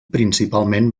principalment